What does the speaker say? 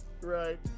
right